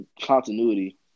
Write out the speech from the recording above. continuity